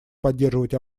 поддерживать